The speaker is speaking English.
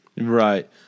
Right